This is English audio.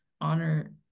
honor